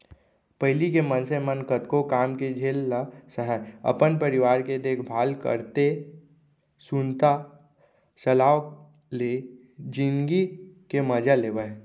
पहिली के मनसे मन कतको काम के झेल ल सहयँ, अपन परिवार के देखभाल करतए सुनता सलाव ले जिनगी के मजा लेवयँ